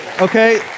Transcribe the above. Okay